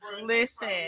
listen